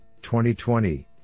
2020